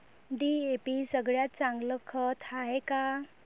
DAP सगळ्यात चांगलं खत हाये का?